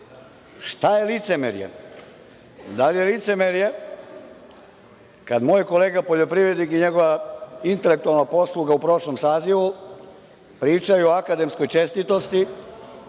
Šta je licemerje? Da li je licemerje kada moj kolega poljoprivrednik i njegova intelektualna posluga u prošlom sazivu pričaju o akademskoj čestitosti,